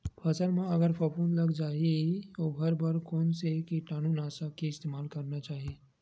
फसल म अगर फफूंद लग जा ही ओखर बर कोन से कीटानु नाशक के इस्तेमाल करना चाहि?